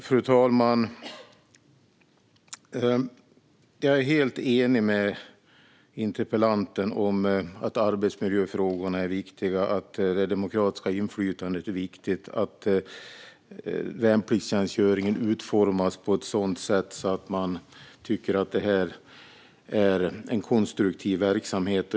Fru talman! Jag är helt enig med interpellanten om att arbetsmiljöfrågorna är viktiga, att det demokratiska inflytandet är viktigt och att värnpliktstjänstgöringen utformas på ett sådant sätt att man tycker att detta är en konstruktiv verksamhet.